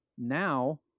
now